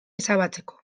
ezabatzeko